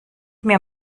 mir